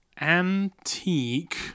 antique